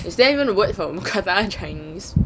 is that even a word for mookata in chinese